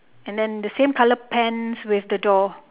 and then the same colour pants with the door